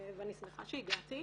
ואני שמחה שהגעתי,